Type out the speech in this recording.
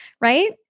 right